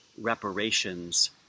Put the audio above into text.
reparations